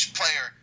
player